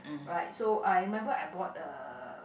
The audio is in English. right so I remember I bought a